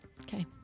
Okay